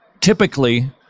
typically